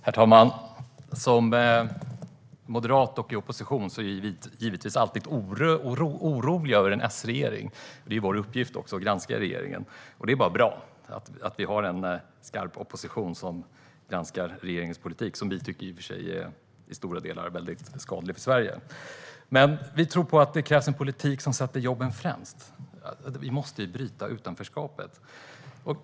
Herr talman! Som moderater och i opposition är vi givetvis alltid oroliga över en S-regering. Det är också vår uppgift att granska regeringen. Det är bara bra att vi har en skarp opposition som granskar regeringens politik, som vi i stora delar tycker är skadlig för Sverige. Vi tror att det krävs en politik som sätter jobben främst. Vi måste ju bryta utanförskapet.